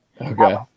Okay